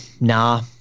Nah